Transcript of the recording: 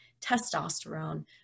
testosterone